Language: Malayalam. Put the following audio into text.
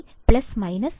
5 വോൾട്ട് ആണ്